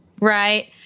Right